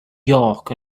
york